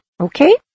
okay